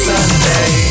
Sunday